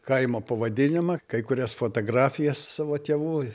kaimo pavadinimą kai kurias fotografijas savo tėvų